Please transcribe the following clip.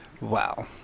Wow